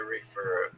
Refer